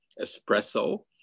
espresso